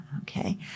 Okay